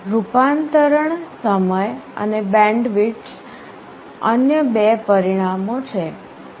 રૂપાંતરણ સમય અને બેન્ડવિડ્થ અન્ય બે પરિમાણો છે